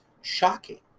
shocking